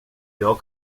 jag